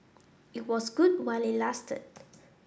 it was good while it lasted